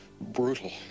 brutal